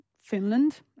Finland